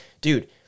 dude